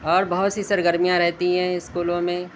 اور بہت سی سرگرمیاں رہتی ہیں اسکولوں میں